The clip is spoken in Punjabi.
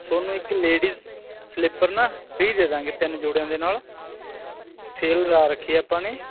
ਤੁਹਾਨੂੰ ਇੱਕ ਲੇਡੀਜ ਸਲਿਪਰ ਨਾ ਫਰੀ ਦੇ ਦਾਂਗੇ ਤਿੰਨ ਜੋੜਿਆਂ ਦੇ ਨਾਲ ਸੇਲ ਲਾ ਰੱਖੀ ਆਪਾਂ ਨੇ